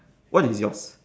what is yours